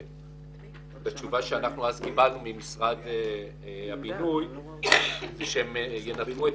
בתשובה שאנחנו קיבלנו אז ממשרד הבינוי זה שהם ינפקו את